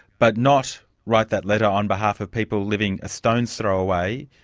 but not write that letter on behalf of people living a stone's throw away,